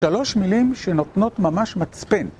שלוש מילים שנותנות ממש מצפן.